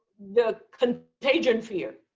the contagion fear